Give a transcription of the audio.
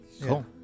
Cool